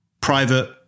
private